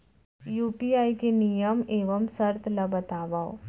UPI के नियम एवं शर्त ला बतावव